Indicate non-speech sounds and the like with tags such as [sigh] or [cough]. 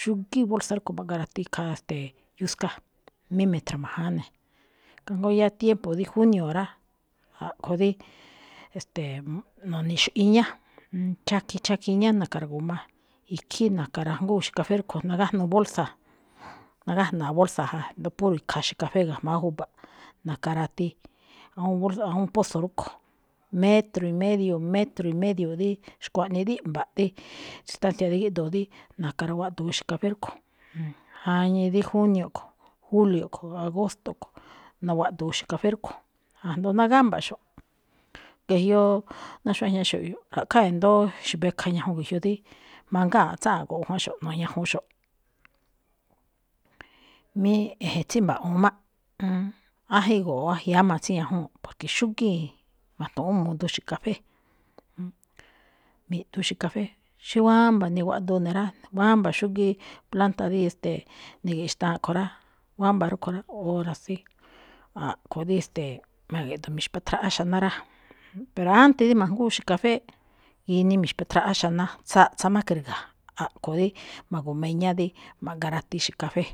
Xúgíí bolsa rúꞌkhue̱n ma̱ꞌgarati khaa, ste̱e̱, yuska, mí mi̱tra̱ma̱jáán ne̱, kajngó yáá tiempo rí junio rá, a̱ꞌkho̱ dí, e̱ste̱e̱, [hesitation] no̱ne̱xo̱ꞌ iñá, chakiin, chakiin iñá na̱ka̱ra̱gu̱ma, ikhín na̱ka̱rajngúun xe̱kafé rúꞌkho̱, nagájnuu bolsa, nagájna̱a bolsa ja, ndo̱ó puro khaa xe̱kafé ga̱jma̱á ju̱ba̱ꞌ na̱ka̱rati, awúun bol- pozo rúꞌkho̱. Metro y medio, metro y medio dí xkuaꞌnii dí mba̱ꞌ rí distancia rí gíꞌdoo dí naꞌka̱raguaꞌdu̱u xe̱kafé rúꞌkho̱. Jañii dí junio kho̱, julio kho̱ꞌ, agosto kho̱, nawa̱ꞌdu̱u xe̱kafé rúꞌkho̱, ajndo náá gámba̱ꞌxo̱ꞌ. Ge̱jyoꞌ, ná xuajñaxo̱ꞌ jyoꞌ, ra̱ꞌkhá ndo̱ó xe̱bekha gejyoꞌ dí mangáanꞌ tsáanꞌ go̱ꞌo̱ jwanxo̱ꞌ na̱ñajonxo̱ꞌ. Mí e̱je̱n tsí mba̱ꞌwu̱un máꞌ, aan, áa jíngo̱ꞌo̱, á jñáma tsíin ñajúu̱n, porque xúgíi̱n ma̱tu̱ꞌúu̱n mudu xe̱kafé, mi̱ꞌdu xe̱kafé. Xí wámba̱ niwaꞌdu ne̱ rá, wámba̱ xúgíí planta dí, e̱ste̱e̱, ni̱gi̱xtaa kho̱ rá, wámba̱ rúꞌkho̱ rá, óra sí a̱ꞌkho̱ dí, e̱ste̱e̱, ma̱gi̱ꞌdu̱u̱n mi̱xpátráꞌáá xaná rá. Pero ante rí ma̱jngúun xe̱kafé rá, ginii mi̱xpatráꞌáá xaná, tsaꞌtsa má kri̱ga̱, a̱ꞌkho̱ dí ma̱gu̱ma iñá dí ma̱ꞌgarati xe̱kafé.